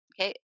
okay